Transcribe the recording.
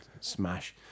smash